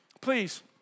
please